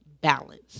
balance